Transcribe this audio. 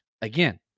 again